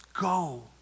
Go